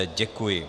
Děkuji.